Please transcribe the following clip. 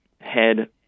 head